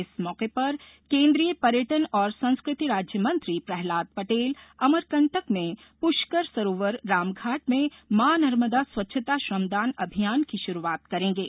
इस मौके पर केंद्रीय पर्यटन और संस्कृति राज्यमंत्री प्रह्लाद पटेल अमरकंटक में पुष्कर सरोवर रामघाट में मां नर्मदा स्वच्छता श्रमदान अभियान की षुरूआत करेंगे